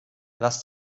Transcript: lass